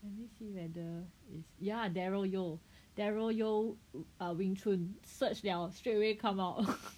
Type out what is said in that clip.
let me see whether it's yeah Daryl Yeo Daryl Yeo ah wing chun search 了: liao straight away come out